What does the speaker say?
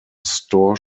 store